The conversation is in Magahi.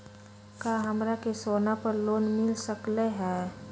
का हमरा के सोना पर लोन मिल सकलई ह?